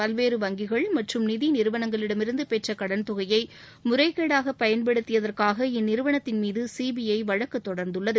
பல்வேறு வங்கிகள் மற்றும் நிதி நிறுவனங்களிடமிருந்து பெற்ற கடன் தொகையை முறைகேடாக பயன்படுத்தியதிற்காக இந்நிறுவனத்தின் மீது சிபிஐ வழக்கு தொடர்ந்துள்ளது